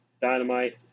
Dynamite